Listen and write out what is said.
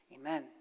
Amen